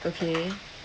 okay